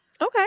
Okay